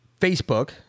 Facebook